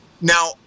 Now